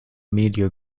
media